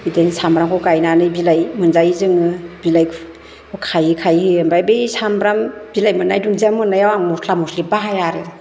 बिदिनो सामब्रामखौ गायनानै बिलाइ मोनजायो जोङो बिलाइ खु खायै खायै ओमफ्राय बै सामब्राम बिलाइ मोननाय दुनदिया मोननायाव आं मस्ला मस्लि बाहाया आरो